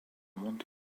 want